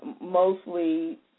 mostly